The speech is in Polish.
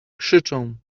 krzyczą